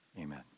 Amen